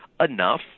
enough